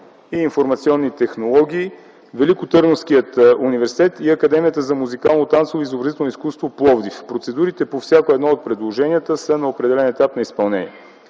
и информационни технологии, Великотърновският университет и Академията за музикално, танцово и изобразително изкуство в Пловдив. Процедурата по всяко едно от предложенията са на определен етап на изпълнение.